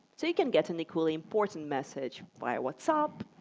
so you can get an equally important message via whatsapp,